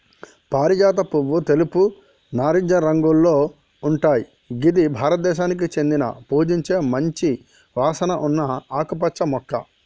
పారిజాత పువ్వు తెలుపు, నారింజ రంగులో ఉంటయ్ గిది భారతదేశానికి చెందిన పూజించే మంచి వాసన ఉన్న ఆకుపచ్చ మొక్క